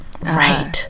Right